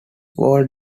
walt